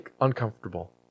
uncomfortable